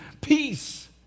Peace